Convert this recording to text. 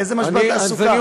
איזה משבר תעסוקה?